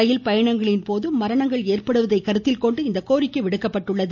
ரயில் பயணங்களின் போது மரணங்கள் ஏற்படுவதை கருத்தில் கொண்டு இக்கோரிக்கை விடுக்கப்பட்டுள்ளது